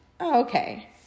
okay